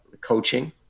coaching